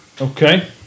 Okay